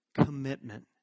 commitment